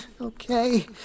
Okay